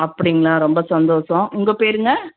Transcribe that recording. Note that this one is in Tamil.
அப்படிங்களா ரொம்ப சந்தோஷம் உங்கள் பேருங்க